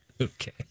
Okay